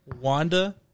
Wanda